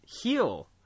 heal